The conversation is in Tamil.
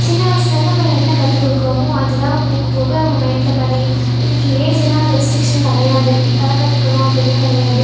சின்ன வயிசில் வந்து நம்ம என்ன கத்துக்கொடுக்குறோமோ அதுதான் போகப்போக அவங்க மைண்ட்ல பதியும் இதுக்கு ஏஜுலாம் ரெஸ்டிரிக்ஷன் கிடையாது இப்போதான் கற்றுக்கணும் அப்படின்லாம் கிடையாது